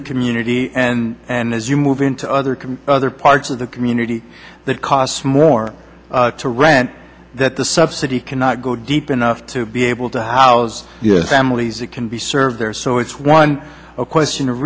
the community and as you move into other other parts of the community that costs more to rent that the subsidy cannot go deep enough to be able to house families it can be served there so it's one question of